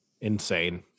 Insane